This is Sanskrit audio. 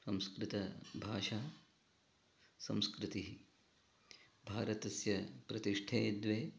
संस्कृतभाषा संस्कृतिः भारतस्य प्रतिष्ठे द्वे